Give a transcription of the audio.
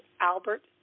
Albert